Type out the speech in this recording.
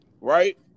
right